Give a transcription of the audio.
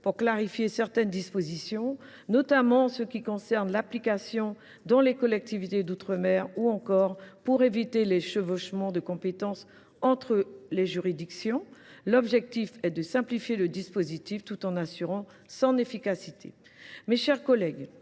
de clarifier certaines dispositions, notamment pour ce qui concerne l’application dans les collectivités d’outre mer ou encore pour éviter des chevauchements de compétences entre les juridictions. L’objectif est de simplifier le dispositif tout en assurant son efficacité. Mes chers collègues,